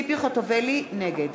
נגד